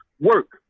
work